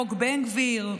חוק בן גביר,